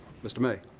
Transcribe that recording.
mr. may.